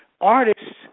artists